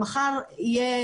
מחר יהיה,